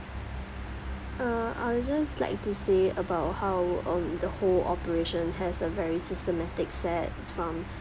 err I'll just like to say about how um the whole operation has a very systematic set from